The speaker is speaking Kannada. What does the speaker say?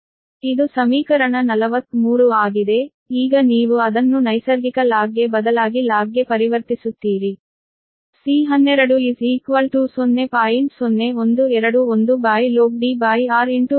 ಇದು ಸಮೀಕರಣ 43 ಆಗಿದೆ ಈಗ ನೀವು ಅದನ್ನು ನೈಸರ್ಗಿಕ ಲಾಗ್ಗೆ ಬದಲಾಗಿ ಲಾಗ್ಗೆ ಪರಿವರ್ತಿಸುತ್ತೀರಿ C12 0